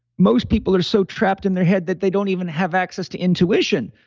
most people are so trapped in their head that they don't even have access to intuition.